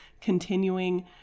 continuing